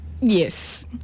yes